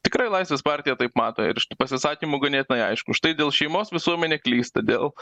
tikrai laisvės partija taip mato ir iš tų pasisakymų ganėtinai aišku štai dėl šeimos visuomenė klysta dėl